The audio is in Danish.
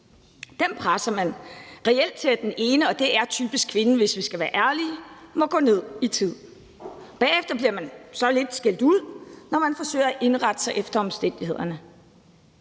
– presser man reelt til, at den ene, som typisk er kvinden, hvis vi skal være ærlige, må gå ned i tid. Bagefter bliver man så lidt skældt ud, når man forsøger at indrette sig efter omstændighederne.